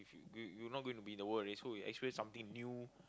you you not going to be in the world already so you experience something new